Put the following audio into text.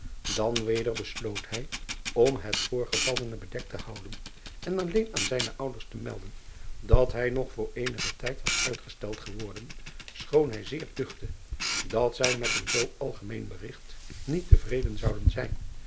dan weder besloot hij om het voorgevallene bedekt te houden en alleen aan zijne ouders te melden dat hij nog voor eenigen tijd was uitgesteld geworden schoon hij zeer duchtte dat zij met een zoo algemeen berigt niet te vreden zouden zijn